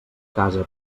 casa